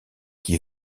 qui